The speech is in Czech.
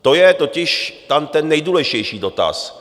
To je totiž ten nejdůležitější dotaz.